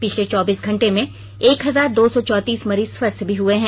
पिछले चौबीस घंटे में एक हजार दो सौ चौतीस मरीज स्वस्थ भी हुए हैं